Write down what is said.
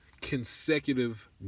consecutive